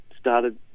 started